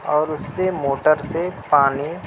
اور اس سے موٹر سے پانی